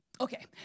Okay